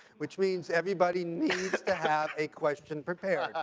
which means everybody needs to have a question prepared.